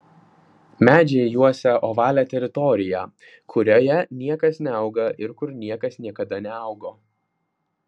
medžiai juosia ovalią teritoriją kurioje niekas neauga ir kur niekas niekada neaugo